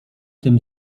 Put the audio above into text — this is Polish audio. tym